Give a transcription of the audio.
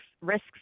risks